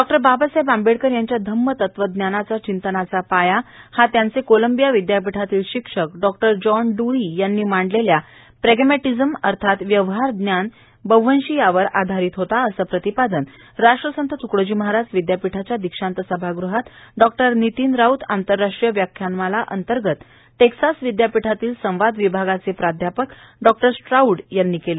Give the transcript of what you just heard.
doctor Babasaheb Ambedkar यांच्या धम्म तत्वज्ञानाचा चिंतनाचा पाया हा त्यांचे कोलंबिया विद्यापीठातील शिक्षक डॉक्टर जॉन डूई यांनी मांडलेल्या प्रॅगेमिटझम् अर्थात व्यवहारज्ञान बव्हंशी यावर आधारित होता असे प्रतिपादन राष्ट्रसंत त्कडोजी महाराज विद्यापिठाच्या दीक्षांत सभागृहात डॉक्टर नितीन राऊत आंतरराष्ट्रीय व्याख्यानाला अंतर्गत टेक्सास विद्यापीठातील संवाद विभागाचे प्राध्यापक डॉक्टर स्ट्रॉउड यांनी केले